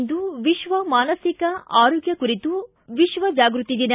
ಇಂದು ಮಾನಸಿಕ ಆರೋಗ್ಯ ಕುರಿತ ವಿಶ್ವ ಜಾಗೃತಿ ದಿನ